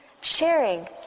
sharing